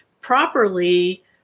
properly